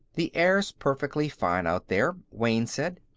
the air's perfectly fine out there, wayne said.